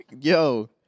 Yo